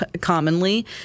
commonly